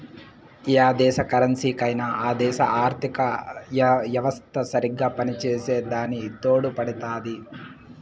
yeah దేశ కరెన్సీకైనా ఆ దేశ ఆర్థిత యెవస్త సరిగ్గా పనిచేసే దాని తోడుపడుతాది